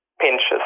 pinches